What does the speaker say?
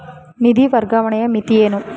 ನಿಧಿ ವರ್ಗಾವಣೆಯ ಮಿತಿ ಏನು?